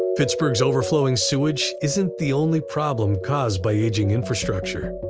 pittsburgh's overflowing sewage isn't the only problem caused by aging infrastructure.